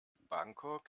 bangkok